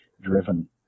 driven